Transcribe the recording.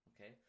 okay